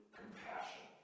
compassion